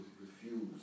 refuse